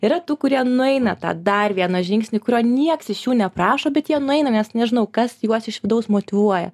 yra tų kurie nueina tą dar vieną žingsnį kurio nieks iš jų neprašo bet jie nueina nes nežinau kas juos iš vidaus motyvuoja